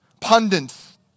pundits